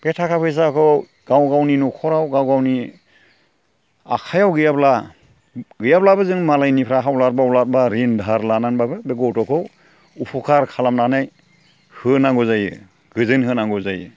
बे थाखा फैसाखौ गाव गावनि न'खराव गाव गावनि आखाइयाव गैयाब्ला गैयाब्लाबो जों मालायनिफ्राय हावलाथ बावलाथ एबा रिन दाहार लानानैब्लाबो बे गथ'खौ उफुखार खालामनानै होनांगौ जायो गोजोन होनांगौ जायो